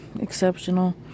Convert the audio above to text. exceptional